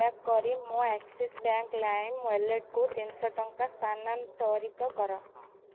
ଦୟାକରି ମୋ Axis bank Lime ୱାଲେଟକୁ ତିନିଶହ ଟଙ୍କା ସ୍ଥାନାନ୍ତରିତ କର